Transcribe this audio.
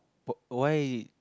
why